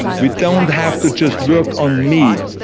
we don't have to just work on me,